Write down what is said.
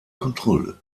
kontrolle